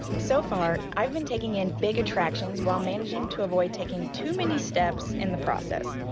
so far, i've been taking in big attractions while managing to avoid taking too many steps in the process.